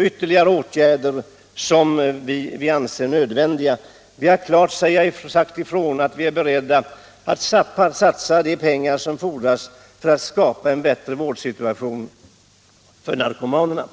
ytterligare åtgärder, som vi anser nödvändiga. Vi har klart sagt ifrån, att vi är beredda att satsa de pengar som fordras för att skapa en bättre vårdsituation för narkomanerna.